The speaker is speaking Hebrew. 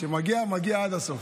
כשמגיע, מגיע עד הסוף.